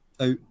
out